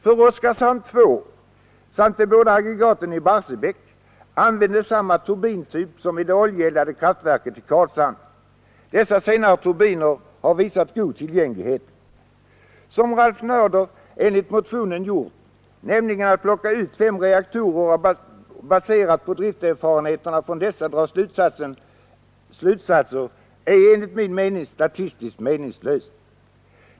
För Oskarshamn 2 samt de båda aggregaten i Barsebäck användes samma turbintyp som i det oljeeldade kraftverket Karlshamn. Dessa senare turbiner har uppvisat god tillgänglighet. Att göra som Ralph Nader enligt motionen gjort — plocka ut fem reaktorer och dra slutsatser baserade på drifterfarenheterna från dessa — är statistiskt meningslöst.